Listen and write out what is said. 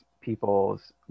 people's